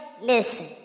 listen